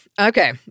Okay